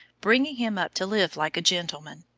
bringing him up to live like a gentleman,